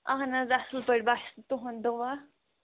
اَہَن حظ اَصٕل پٲٹھۍ بَس تُہُنٛد دُعا